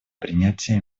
принятие